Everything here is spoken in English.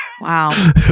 Wow